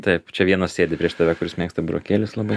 taip čia vienas sėdi prieš tave kuris mėgsta burokėlius labai